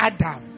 Adam